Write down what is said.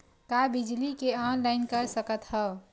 का बिजली के ऑनलाइन कर सकत हव?